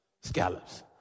Scallops